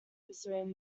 pursuing